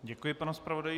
Děkuji panu zpravodaji.